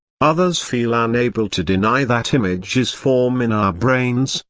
others feel ah unable to deny that images form in our brains,